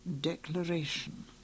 declaration